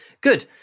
good